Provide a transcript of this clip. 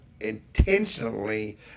intentionally